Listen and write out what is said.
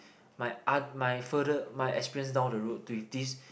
my aunt my further my experience down the road with this